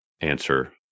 Answer